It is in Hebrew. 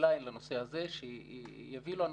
המעמד שלהן,